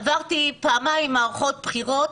עברתי פעמיים מערכות בחירות,